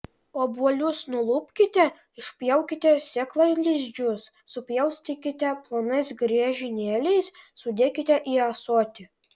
obuolius nulupkite išpjaukite sėklalizdžius supjaustykite plonais griežinėliais sudėkite į ąsotį